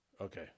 Okay